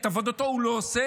את עבודתו הוא לא עושה,